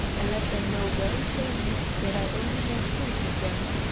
and let them know very plainly that i only made tools of them.